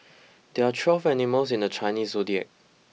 there are twelve animals in the Chinese zodiac